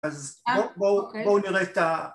‫אז בואו נראה את ה...